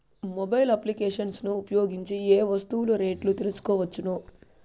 Mobile applications ను ఉపయోగించి ఏ ఏ వస్తువులు రేట్లు తెలుసుకోవచ్చును?